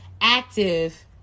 active